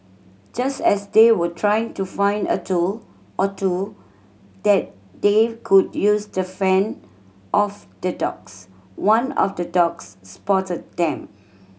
just as they were trying to find a tool or two that they could use to fend off the dogs one of the dogs spotted them